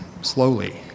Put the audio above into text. slowly